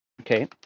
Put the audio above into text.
Okay